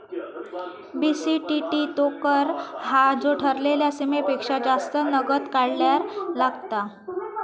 BCTT तो कर हा जो ठरलेल्या सीमेपेक्षा जास्त नगद काढल्यार लागता